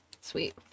Sweet